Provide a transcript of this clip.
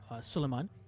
Suleiman